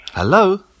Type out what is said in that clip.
Hello